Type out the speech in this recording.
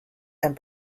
and